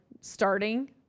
starting